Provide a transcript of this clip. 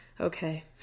okay